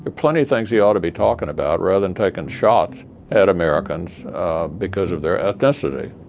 plenty things he ought to be talking about rather than taking shots at americans because of their ethnicity.